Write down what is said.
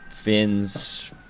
Fins